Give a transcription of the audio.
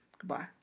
Goodbye